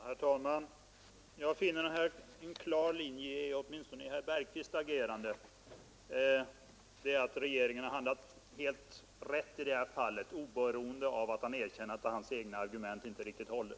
Herr talman! Jag finner åtminstone en klar linje i herr Bergqvists agerande, nämligen vidhållandet av att regeringen har handlat helt rätt i detta fall — även om herr Bergqvist erkänner att hans egna argument inte strikt håller.